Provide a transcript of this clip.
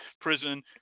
prison